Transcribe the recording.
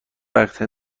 وقت